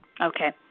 Okay